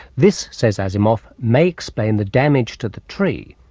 this, says asimov, may explain the damage to the tree,